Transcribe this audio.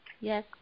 Yes